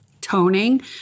toning